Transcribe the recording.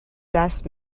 دست